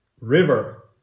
River